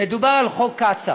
מדובר על חוק קצא"א,